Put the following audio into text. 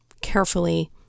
carefully